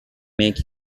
make